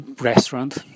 restaurant